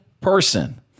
person